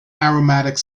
aromatic